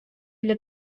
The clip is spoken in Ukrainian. для